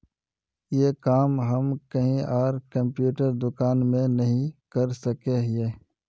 ये काम हम कहीं आर कंप्यूटर दुकान में नहीं कर सके हीये?